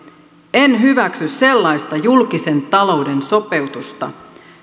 en hyväksy sellaista julkisen talouden sopeutusta